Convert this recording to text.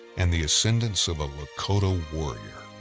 and the ascendance of a lakota warrior.